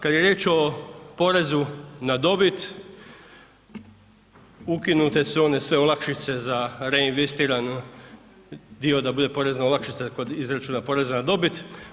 Kad je riječ o porezu na dobit, ukinute su sve one olakšice za reinvestiran dio da bude porezna olakšica kod izračuna porezna na dobit.